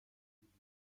diesem